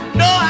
no